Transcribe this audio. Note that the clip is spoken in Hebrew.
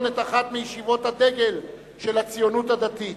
את אחת מישיבות הדגל של הציונות הדתית.